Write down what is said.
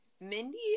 Mindy